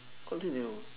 continue